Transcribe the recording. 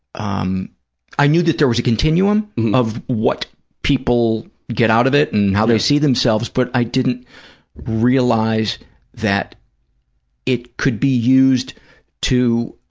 um i knew that there was a continuum of what people get out of it and how they see themselves, but i didn't realize that it could be used to